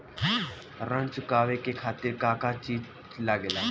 ऋण चुकावे के खातिर का का चिज लागेला?